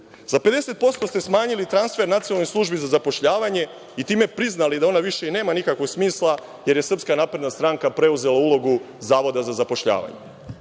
50% ste smanjili transfer Nacionalnoj službi za zapošljavanje i time priznali da ona više i nema nikakvog smisla, jer je SNS preuzela ulogu zavoda za zapošljavanje.